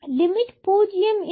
limit 0 இல்லை